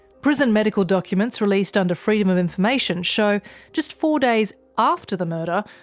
prison medical documents released under freedom of information show just four days after the murder,